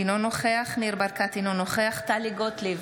אינו נוכח ניר ברקת, אינו נוכח טלי גוטליב,